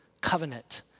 covenant